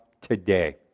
today